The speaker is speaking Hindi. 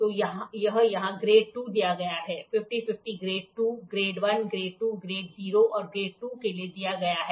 तो यह यहाँ ग्रेड 2 दिया गया है 50 50 ग्रेड 2 ग्रेड 1 ग्रेड 2 ग्रेड 0 और ग्रेड 2 के लिए दिया गया है